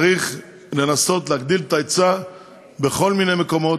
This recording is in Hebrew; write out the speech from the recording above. צריך לנסות להגדיל את ההיצע בכל מיני מקומות,